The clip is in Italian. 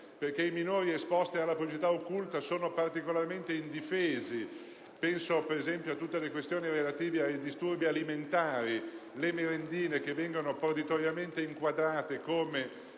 perché i minori esposti alla pubblicità occulta sono particolarmente indifesi. Penso, per esempio, a tutte le questioni relative ai disturbi alimentari: le merendine che vengono proditoriamente inquadrate come